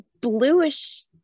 bluish